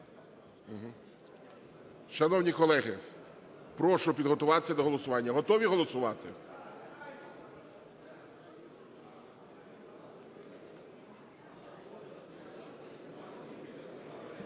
Шановні колеги, прошу підготуватися до голосування. Готові голосувати?